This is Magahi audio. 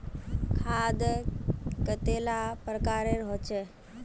खाद कतेला प्रकारेर होचे?